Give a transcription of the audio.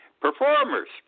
Performers